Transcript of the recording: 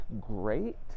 great